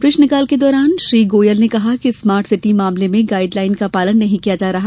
प्रश्नकाल के दौरान श्री गोयल ने कहा कि स्मार्ट सिटी मामले में गाइडलाइन का पालन नही किया जा रहा